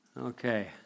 Okay